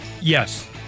yes